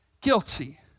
guilty